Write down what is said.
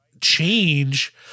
change